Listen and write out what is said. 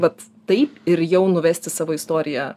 vat taip ir jau nuvesti savo istoriją